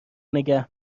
نگه